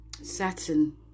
saturn